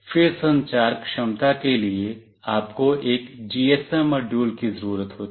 फिर संचार क्षमता के लिए आपको एक जीएसएम मॉड्यूल की ज़रूरत होगी